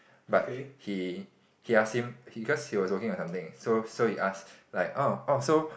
but he he ask him because he was working on something so so he ask like orh orh so